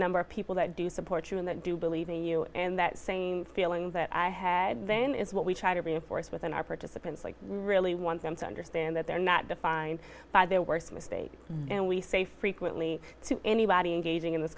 number of people that do support you and that do believe in you and that same feeling that i had then is what we try to reinforce within our participants like really want them to understand that they're not defined by their worst mistake and we say frequently to anybody engaging in this